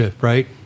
right